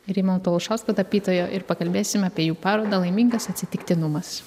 rimanto olšausko tapytojo ir pakalbėsim apie jų parodą laimingas atsitiktinumas